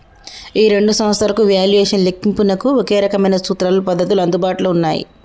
ఈ రెండు సంస్థలకు వాల్యుయేషన్ లెక్కింపునకు ఒకే రకమైన సూత్రాలు పద్ధతులు అందుబాటులో ఉన్నాయి